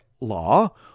law